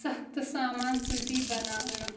سَختہٕ سامان سٟتی بَناونہٕ